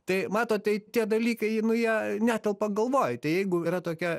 tai matot tai tie dalykai jie netelpa galvoj tai jeigu yra tokia